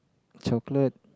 chocolate